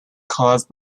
caused